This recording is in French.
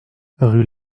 rue